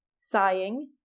sighing